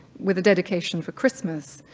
with a dedication for christmas,